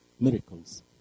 miracles